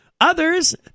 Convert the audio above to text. Others